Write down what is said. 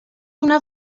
una